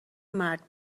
مرد